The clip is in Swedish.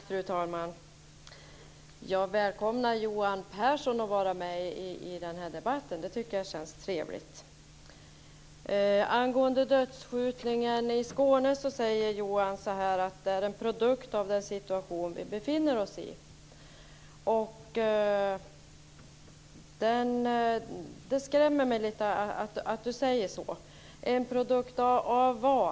Fru talman! Jag välkomnar att Johan Pehrson är med i denna debatt. Det tycker jag känns trevligt. Angående dödsskjutningen i Skåne säger Johan Pehrson att den är en produkt av den situation som vi befinner oss i. Det skrämmer mig lite att han säger det. En produkt av vad?